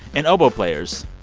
and oboe players,